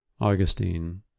Augustine